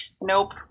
Nope